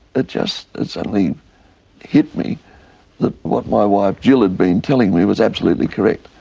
it just suddenly hit me that what my wife jill had been telling me was absolutely correct.